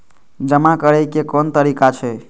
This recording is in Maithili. जमा करै के कोन तरीका छै?